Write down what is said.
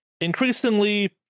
increasingly